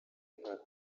nka